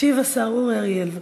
ישיב השר אורי אריאל.